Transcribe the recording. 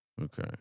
Okay